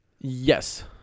Yes